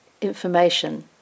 information